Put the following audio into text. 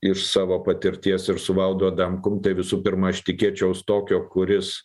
iš savo patirties ir su valdu adamkum tai visų pirma aš tikėčiaus tokio kuris